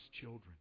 children